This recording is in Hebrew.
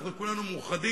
אנחנו כולנו מאוחדים,